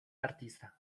artista